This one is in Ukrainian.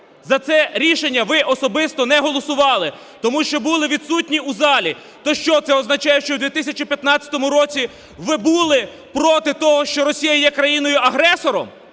за це рішення ви особисто не голосували, тому що були відсутні у залі, то, що це означає, що в 2015 році ви були проти того, що Росія є країною-агресором?